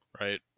right